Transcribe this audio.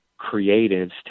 creatives